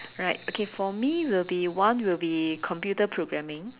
right okay for me will be one will be computer programming